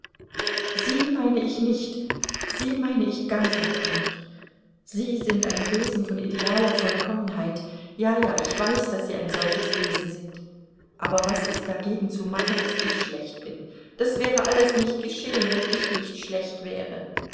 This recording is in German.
sie meine ich nicht sie meine ich ganz und gar nicht sie sind ein wesen von idealer vollkommenheit ja ja ich weiß daß sie ein solches wesen sind aber was ist dagegen zu machen daß ich schlecht bin das wäre alles nicht geschehen wenn ich nicht schlecht wäre